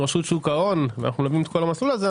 רשות שוק ההון ונותנים את כל המסלול הזה,